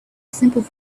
simple